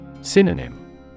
Synonym